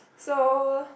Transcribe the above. so